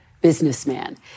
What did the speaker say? businessman